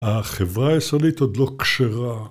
החברה היסודית עוד לא כשרה